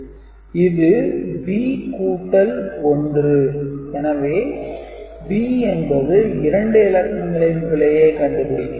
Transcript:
இது b கூட்டல் 1 எனவே b என்பது 2 இலக்கங்களின் பிழையை கண்டு பிடிக்கும்